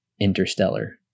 interstellar